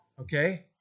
Okay